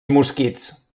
mosquits